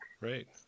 Right